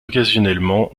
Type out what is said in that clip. occasionnellement